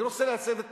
אני רוצה להסב את